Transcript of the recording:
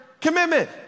commitment